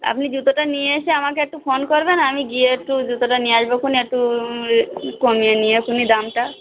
আপনি জুতোটা নিয়ে এসে আমাকে একটু ফোন করবেন আমি গিয়ে একটু জুতোটা নিয়ে আসবোখুন একটু কমিয়ে নিও তুমি দামটা